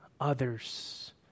others